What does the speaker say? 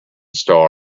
star